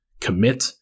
commit